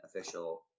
official